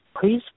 please